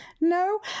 no